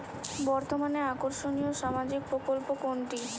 বর্তমানে আকর্ষনিয় সামাজিক প্রকল্প কোনটি?